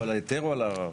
על ההיתר או על הערר.